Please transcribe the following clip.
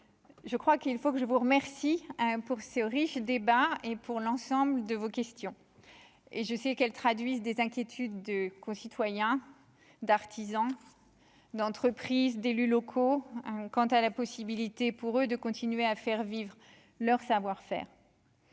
je crois qu'il faut que je vous remercie pour ces riche débat et pour l'ensemble de vos questions et je sais qu'elles traduisent des inquiétudes de concitoyens d'artisans, d'entreprises, d'élus locaux quant à la possibilité pour eux de continuer à faire vivre leur savoir-faire